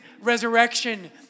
resurrection